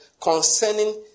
concerning